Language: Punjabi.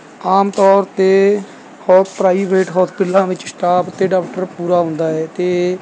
ਆਮ ਤੌਰ 'ਤੇ ਹੋ ਪ੍ਰਾਈਵੇਟ ਹੋਸਪਿਟਲਾਂ ਵਿੱਚ ਸਟਾਫ ਅਤੇ ਡੋਕਟਰ ਪੂਰਾ ਹੁੰਦਾ ਹੈ ਅਤੇ